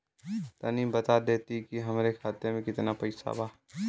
तनि बता देती की हमरे खाता में कितना पैसा बा?